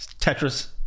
Tetris